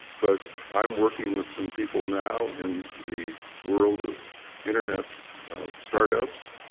but i'm working with some people now in the world of internet startups,